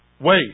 Wait